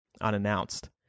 unannounced